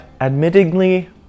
admittingly